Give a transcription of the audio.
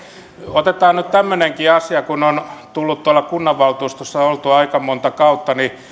otetaan nyt tämmöinenkin asia kun on tullut tuolla kunnanvaltuustossa oltua aika monta kautta että